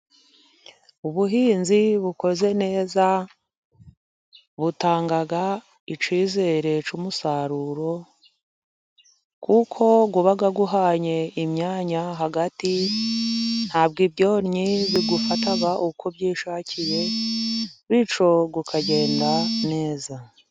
Ubuhinzi bukoze neza butanga icyizere cy'umusaruro, kuko uba uhanye imyanya hagati, ntabwo ibyonnyi biwufata uko byishakiye, bityo ukagenda neza.